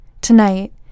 Tonight